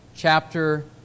chapter